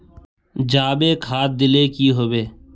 जाबे खाद दिले की होबे?